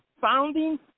founding